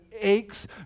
aches